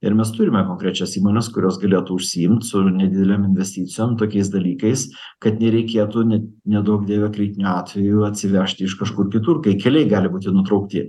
ir mes turime konkrečias įmones kurios galėtų užsiimt su nedidelėm investicijom tokiais dalykais kad nereikėtų ne neduok dieve kritiniu atveju atsivežti iš kažkur kitur kai keliai gali būti nutraukti